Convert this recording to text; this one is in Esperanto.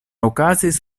okazis